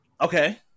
Okay